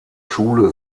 schule